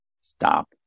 stop